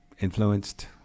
influenced